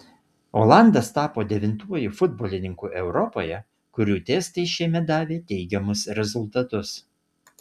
olandas tapo devintuoju futbolininku europoje kurių testai šiemet davė teigiamus rezultatus